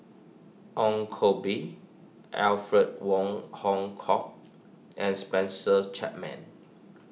Ong Koh Bee Alfred Wong Hong Kwok and Spencer Chapman